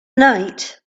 night